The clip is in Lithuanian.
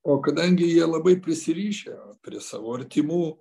o kadangi jie labai prisirišę prie savo artimų